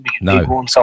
No